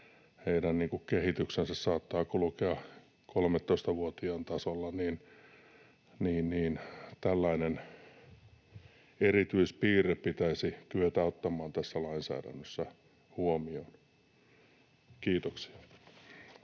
heidän kehityksensä saattaa kulkea 13-vuotiaan tasolla, ja tällainen erityispiirre pitäisi kyetä ottamaan tässä lainsäädännössä huomioon. — Kiitoksia.